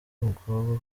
umukobwa